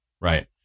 Right